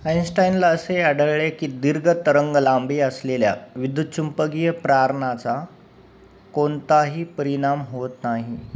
आइनस्टाईनला असे आढळले की दीर्घ तरंगलांबी असलेल्या विद्युतचुंबकीय प्रारणाचा कोणताही परिणाम होत नाही